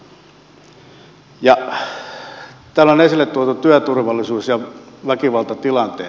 täällä on esille tuotu työturvallisuus ja väkivaltatilanteet